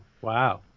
wow